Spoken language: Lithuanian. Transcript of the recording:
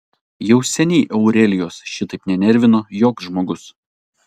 jau seniai aurelijos šitaip nenervino joks žmogus